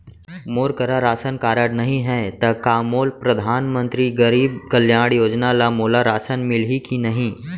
मोर करा ration card नहीं है त का मोल परधानमंतरी गरीब कल्याण योजना ल मोला राशन मिलही कि नहीं?